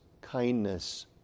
kindness